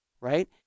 right